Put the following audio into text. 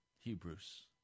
Hebrews